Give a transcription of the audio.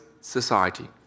society